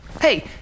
Hey